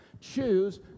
choose